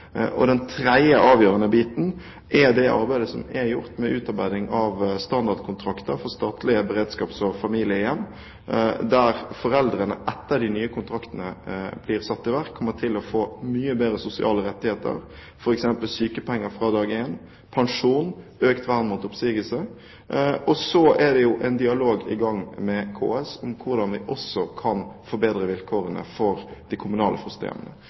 Den tredje, avgjørende biten er det arbeidet som er gjort med utarbeiding av standardkontrakter for statlige beredskaps- og familiehjem, der foreldrene – etter at de nye kontraktene blir satt i verk – kommer til å få mye bedre sosiale rettigheter, f.eks. sykepenger fra dag én, pensjon og økt vern mot oppsigelse. Og så er det en dialog i gang med KS om hvordan vi også kan forbedre vilkårene for de kommunale